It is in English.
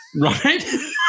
right